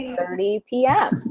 three p m,